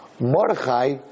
Mordechai